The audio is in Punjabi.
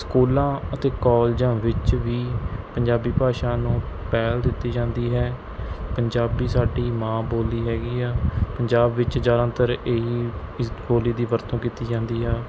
ਸਕੂਲਾਂ ਅਤੇ ਕੋਲਜਾਂ ਵਿੱਚ ਵੀ ਪੰਜਾਬੀ ਭਾਸ਼ਾ ਨੂੰ ਪਹਿਲ ਦਿੱਤੀ ਜਾਂਦੀ ਹੈ ਪੰਜਾਬੀ ਸਾਡੀ ਮਾਂ ਬੋਲੀ ਹੈਗੀ ਆ ਪੰਜਾਬ ਵਿੱਚ ਜ਼ਿਆਦਾਤਰ ਇਹ ਹੀ ਇਸ ਬੋਲੀ ਦੀ ਵਰਤੋਂ ਕੀਤੀ ਜਾਂਦੀ ਹੈ